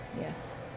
yes